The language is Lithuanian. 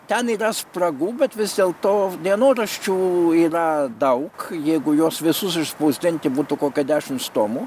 ten yra spragų bet vis dėlto dienoraščių yra daug jeigu juos visus išspausdinti būtų kokia dešims tomų